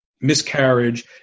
miscarriage